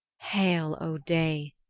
hail, o day,